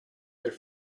their